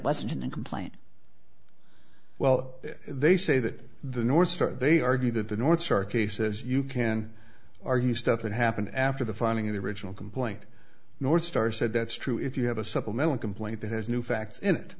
bust and a complaint well they say that the north star they argue that the north star cases you can argue stuff that happened after the finding of the original complaint northstar said that's true if you have a supplemental complaint that has new fact